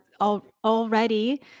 already